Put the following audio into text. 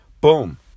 Boom